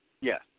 Yes